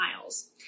miles